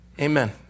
Amen